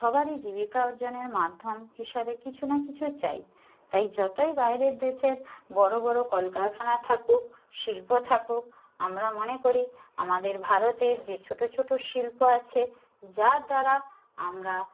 সবারই জীবিকা অর্জনের মাধ্যম হিসাবে কিছু না কিছু চাই তাই যতই বাইরের দেশের বড়ো বড়ো কলকারখানা থাকুক শিল্প থাকুক আমরা মনে করি আমাদের ভারতের যে ছোটো ছোটো শিল্প আছে যার দ্বারা আমরা